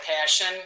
passion